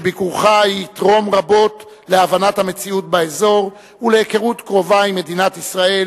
שביקורך יתרום רבות להבנת המציאות באזור ולהיכרות קרובה עם מדינת ישראל,